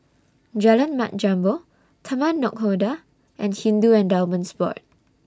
Jalan Mat Jambol Taman Nakhoda and Hindu Endowments Board